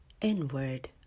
inward